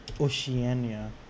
Oceania